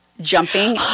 jumping